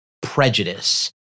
prejudice